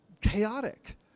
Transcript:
chaotic